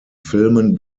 filmen